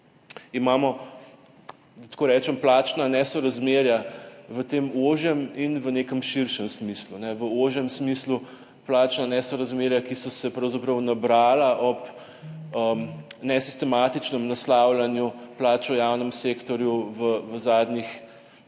Imamo, da tako rečem, plačna nesorazmerja v tem ožjem in v nekem širšem smislu. V ožjem smislu plačna nesorazmerja, ki so se pravzaprav nabrala ob nesistematičnem naslavljanju plač v javnem sektorju v zadnjih